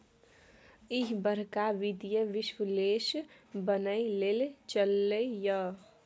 ईह बड़का वित्तीय विश्लेषक बनय लए चललै ये